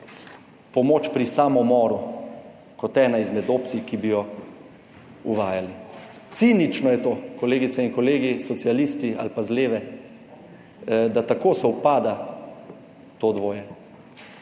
pomoč pri samomoru kot ena izmed opcij, ki bi jo uvajali. Cinično je to, kolegice in kolegi socialisti ali pa z leve, da tako sovpada to dvoje.